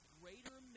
greater